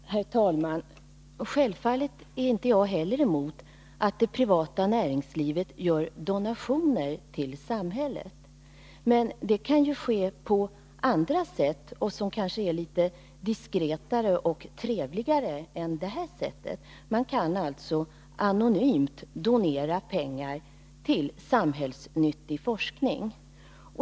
Herr talman! Självfallet är inte heller jag emot att det privata näringslivet gör donationer till samhället. Men det kan ju ske på andra sätt, som kanske är litet diskretare och trevligare än det här. Man kan anonymt donera pengar till samhällsnyttig forskning.